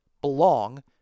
belong